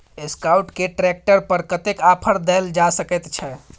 Escort के tractor पर कतेक ऑफर दैल जा सकेत छै?